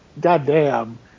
goddamn